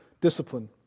discipline